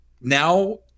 Now